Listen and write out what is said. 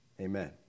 Amen